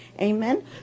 Amen